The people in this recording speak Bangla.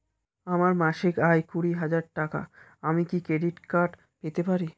আমার মাসিক আয় কুড়ি হাজার টাকা আমি কি ক্রেডিট কার্ড পেতে পারি?